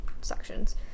sections